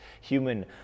human